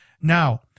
Now